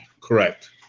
Correct